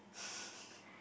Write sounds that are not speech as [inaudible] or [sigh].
[laughs]